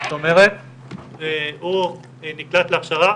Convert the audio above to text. זאת אומרת הוא נקלט להכשרה